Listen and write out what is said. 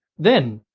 then,